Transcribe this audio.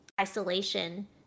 isolation